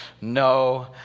No